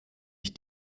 ich